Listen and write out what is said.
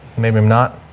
maybe i'm not,